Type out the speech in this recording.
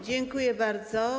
Dziękuję bardzo.